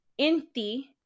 Inti